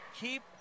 keep